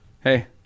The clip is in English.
Hey